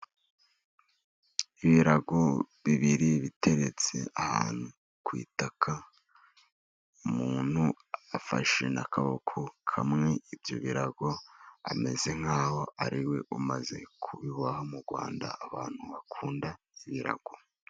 Ibirago bibiri biteretse ahantu kwitaka. Umuntu afashe n'akaboko kamwe ibyo birago ameze nk'aho ariwe umaze kubiboha . Mu Rwanda abantu bakunda ibirago.